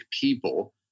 people